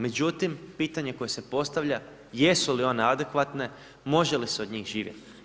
Međutim, pitanje koje se postavlja jesu li one adekvatne, može li se od njih živjeti?